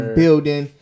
building